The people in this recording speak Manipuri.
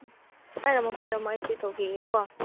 ꯄꯥꯏꯔꯝꯃꯣ ꯄꯥꯏꯔꯝꯃꯣ ꯑꯩ ꯆꯦꯛ ꯇꯧꯈꯤꯒꯦꯀꯣ